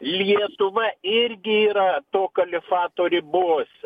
lietuva irgi yra to kalifato ribos